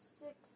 six